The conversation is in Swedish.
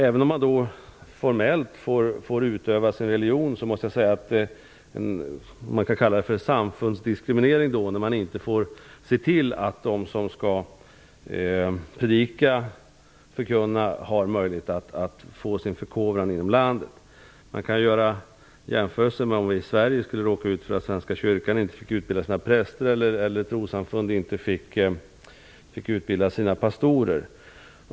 Även om man formellt får utöva sin religion kan man säga att det är fråga om en samfundsdiskriminering, eftersom man inte får se till att de som skall predika och förkunna har möjlighet att förkovra sig inom landet. Man kan jämföra detta med hur det skulle vara om vi i Sverige råkade ut för att svenska kyrkan inte fick utbilda sina präster eller om trossamfunden inte fick utbilda sina pastorer.